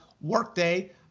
workday